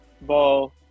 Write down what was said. ball